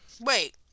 wait